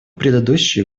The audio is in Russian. предыдущие